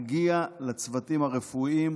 מגיע לצוותים הרפואיים,